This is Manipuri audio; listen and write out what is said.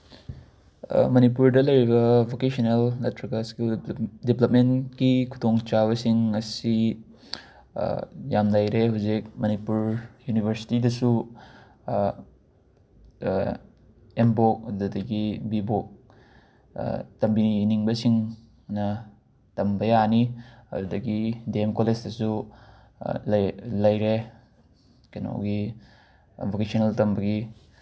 ꯃꯅꯤꯄꯨꯔꯗ ꯂꯩꯔꯤꯕ ꯚꯣꯀꯦꯁꯅꯦꯜ ꯅꯠꯇ꯭ꯔꯒ ꯏꯁꯀꯤꯜ ꯗꯤꯕ꯭ꯂꯞꯃꯦꯟꯒꯤ ꯈꯨꯗꯣꯡꯆꯥꯕꯁꯤꯡ ꯑꯁꯤ ꯌꯥꯝ ꯂꯩꯔꯦ ꯍꯧꯖꯤꯛ ꯃꯅꯤꯄꯨꯔ ꯌꯨꯅꯤꯚꯔꯁꯤꯇꯤꯗꯁꯨ ꯑꯦꯝ ꯚꯣꯛ ꯑꯗꯨꯗꯒꯤ ꯕꯤ ꯚꯣꯛ ꯇꯝꯕꯤꯅꯤꯡꯕꯁꯤꯡꯅ ꯇꯝꯕ ꯌꯥꯅꯤ ꯑꯗꯨꯗꯒꯤ ꯗꯦꯝ ꯀꯣꯂꯦꯖꯇꯁꯨ ꯂꯩꯔꯦ ꯀꯩꯅꯣꯒꯤ ꯚꯣꯀꯦꯁꯅꯦꯜ ꯇꯝꯕꯒꯤ